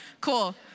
cool